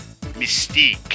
Mystique